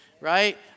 right